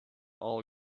all